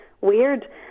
weird